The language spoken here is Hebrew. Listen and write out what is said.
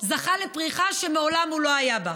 המגזר הערבי זכה לפריחה שמעולם הוא לא היה בה.